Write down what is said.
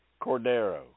Cordero